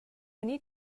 need